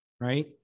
right